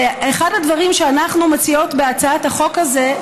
ואחד הדברים שאנחנו מציעות בהצעת החוק הזאת,